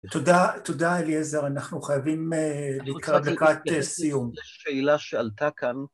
תודה, תודה אליעזר, אנחנו חייבים להתקרב לקראת סיום.